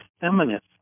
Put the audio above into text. feminist